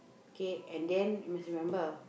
kay and then must remember